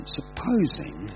supposing